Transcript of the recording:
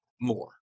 more